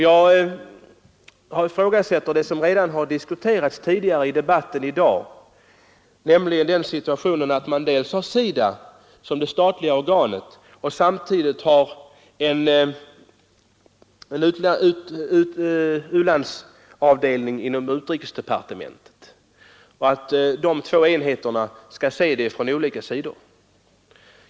Jag ifrågasätter lämpligheten i — något som redan tidigare i dag har diskuterats — att vi som statliga organ för denna verksamhet dels har SIDA, dels har en utlandsavdelning inom utrikesdepartementet och att dessa båda organ skall se verksamheten från olika sidor.